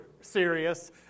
serious